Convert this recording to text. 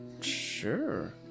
Sure